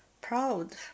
proud